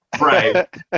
Right